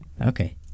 okay